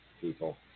people